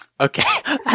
Okay